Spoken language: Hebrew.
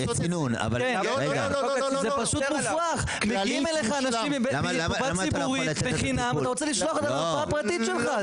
לא, לא אני לא רוצה להעביר אותה.